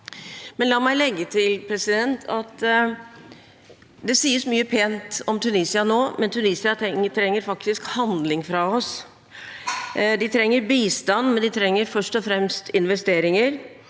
La meg legge til at det sies mye pent om Tunisia nå, men Tunisia trenger faktisk handling fra oss. De trenger bistand, men de trenger først og fremst investeringer.